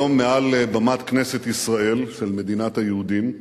היום, מעל במת כנסת ישראל של מדינת היהודים,